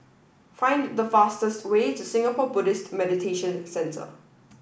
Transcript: find the fastest way to Singapore Buddhist Meditation Centre